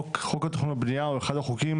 חוק התכנון והבנייה הוא אחד החוקים